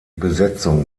besetzung